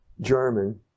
German